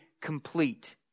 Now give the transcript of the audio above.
complete